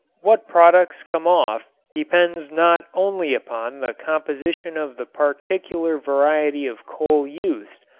what products come off depends not only upon the composition of the particular variety of coal used,